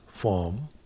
form